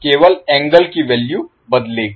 केवल एंगल की वैल्यू बदलेगी